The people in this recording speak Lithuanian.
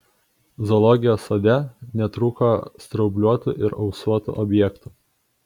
zoologijos sode netrūko straubliuotų ir ausuotų objektų